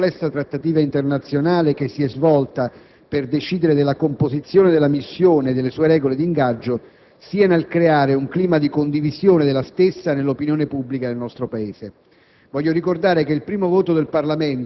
sia nell'aiutare il nostro Governo nella complessa trattativa internazionale che si è svolta per decidere della composizione della missione e delle sue regole di ingaggio, sia nel creare un clima di condivisione della stessa nell'opinione pubblica del nostro Paese.